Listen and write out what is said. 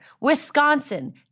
Wisconsin